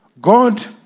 God